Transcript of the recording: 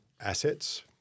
assets